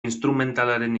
instrumentalaren